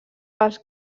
pels